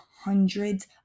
hundreds